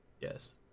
Yes